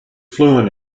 fluent